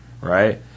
right